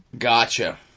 Gotcha